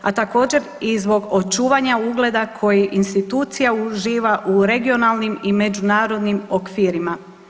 A također i zbog očuvanja ugleda koji institucija uživa u regionalnim i međunarodnim okvirima.